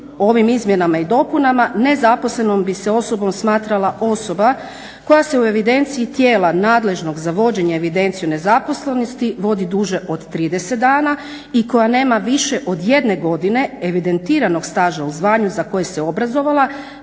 ovim izmjenama i dopunama ne zaposlenom bi se osobom smatrala osoba koja se u evidenciji tijela nadležnog za vođenje evidencije o nezaposlenosti vodi duže od 30 dana i koja nema više od 1 godine evidentiranog staža u zvanju za koje se obrazovala,